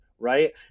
right